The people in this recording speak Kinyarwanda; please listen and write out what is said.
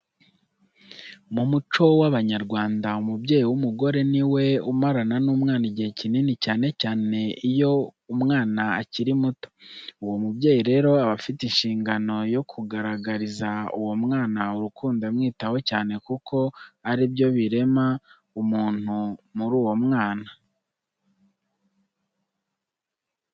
Mu muco w'Abanyarwanda umubyeyi w'umugore ni we umarana n'umwana igihe kinini cyane cyane iyo uwo mwana akiri muto. Uwo mubyeyi rero aba afite inshingano yo kugaragariza uwo mwana urukundo amwitaho cyane kuko ari byo birema ubumuntu muri uwo mwana.